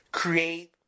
create